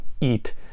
eat